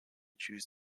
choose